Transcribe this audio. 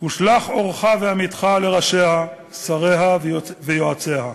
ושלח אורך ואמִתך לראשיה, שריה ויועציה,